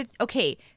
Okay